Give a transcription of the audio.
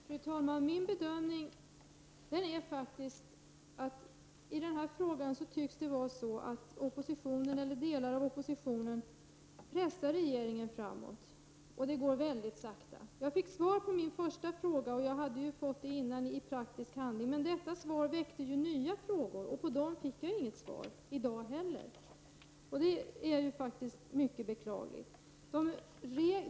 Fru talman! Min bedömning är faktiskt att delar av oppositionen i denna fråga tycks pressa regeringen framåt. Det går väldigt sakta. Jag fick svar på min första fråga, och det har jag fått redan tidigare i praktisk handling. Men detta svar väckte nya frågor, och på dessa fick jag inget svar i dag heller. Det är faktiskt mycket beklagligt.